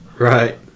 right